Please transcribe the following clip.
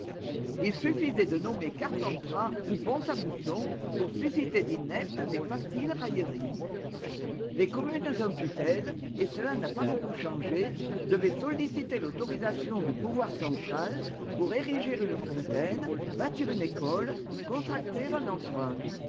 il suffisait de nommer carpentras ou pont àmousson pour susciter d'ineptes et faciles railleries les communes en tutelle et cela n'a pas beaucoup changé devaient solliciter l'autorisation du pouvoir central pour ériger une fontaine bâtir une école contracter un emprunt